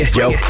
yo